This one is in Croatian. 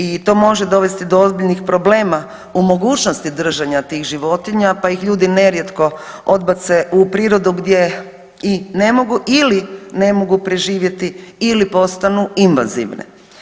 I to može dovesti do ozbiljnih problema u mogućnosti držanja tih životinja, pa ih ljudi nerijetko odbace u prirodu gdje i ne mogu ili ne mogu preživjeti ili postanu invanzivne.